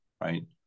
right